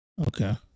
Okay